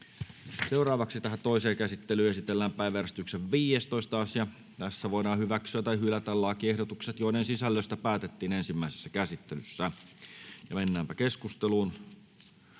Content: Toiseen käsittelyyn esitellään päiväjärjestyksen 10. asia. Nyt voidaan hyväksyä tai hylätä lakiehdotukset, joiden sisällöstä päätettiin ensimmäisessä käsittelyssä. 1. lakiehdotus